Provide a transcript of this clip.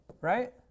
right